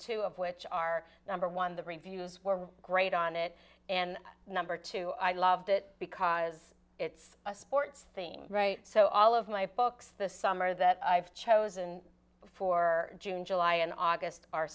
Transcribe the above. two of which are number one the reviews were great on it and number two i loved it because it's a sports thing right so all of my books the summer that i've chosen for june july and august are